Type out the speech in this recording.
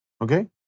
okay